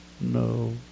no